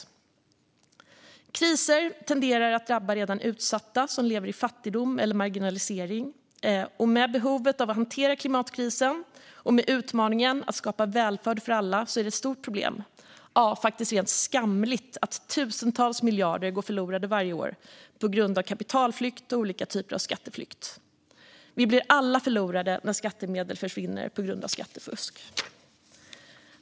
Ökad transparens för stora företags skattebetalningar Kriser tenderar att drabba redan utsatta som lever i fattigdom eller marginalisering. Och med behovet av att hantera klimatkrisen och med utmaningen att skapa välfärd för alla är det ett stort problem - ja, det är faktiskt rent skamligt - att tusentals miljarder går förlorade varje år på grund av kapitalflykt och olika typer av skatteflykt. Vi blir alla förlorare när skattemedel försvinner på grund av skattefusk.